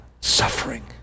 Suffering